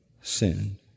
sin